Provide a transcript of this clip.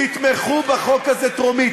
תתמכו בחוק הזה טרומית.